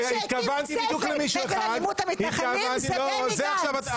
מי שהקים צוות נגד המתנחלים זה בני גנץ.